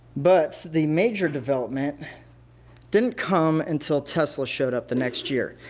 but the major development didn't come until tesla showed up the next year.